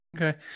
Okay